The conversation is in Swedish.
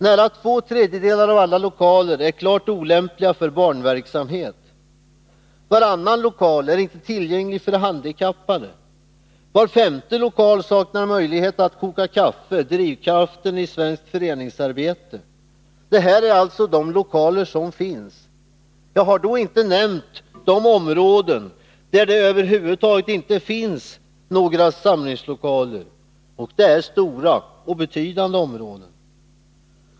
Nära två tredjedelar av alla lokaler är helt olämpliga för barnverksamhet. Varannan lokal är inte tillgänglig för handikappade. Var femte lokal saknar möjlighet att koka kaffe, drivkraften i svenskt föreningsarbete. Detta gäller alltså de lokaler som finns. Jag har då inte nämnt de områden där det över huvud taget inte finns några samlingslokaler, och det är stora och betydande områden.